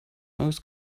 most